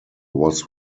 was